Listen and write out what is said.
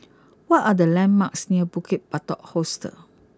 what are the landmarks near Bukit Batok Hostel